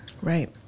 Right